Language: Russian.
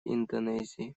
индонезии